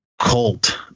cult